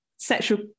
sexual